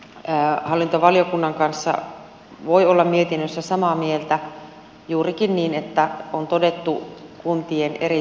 hallintovaliokunnan kanssa voi olla mietinnöstä samaa mieltä juurikin niin että on todettu kuntien eriytyvä tilanne